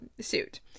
suit